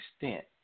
extent